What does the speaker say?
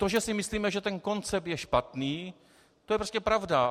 To, že si myslíme, že ten koncept je špatný, to je prostě pravda.